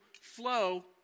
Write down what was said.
flow